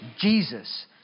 Jesus